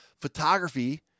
photography